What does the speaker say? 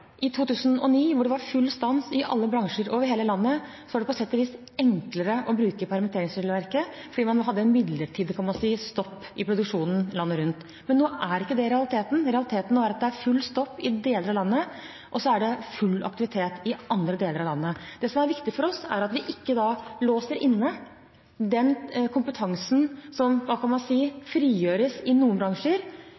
I 2009 da det var full stans i alle bransjer over hele landet, var det på sett og vis enklere å bruke permitteringsregelverket, fordi man kan si man hadde en midlertidig stopp i produksjonen landet rundt, men nå er ikke det realiteten. Realiteten nå er at det er full stopp i deler av landet, og at det er full aktivitet i andre deler av landet. Det som er viktig for oss da, er at vi ikke låser inn den kompetansen som – man kan si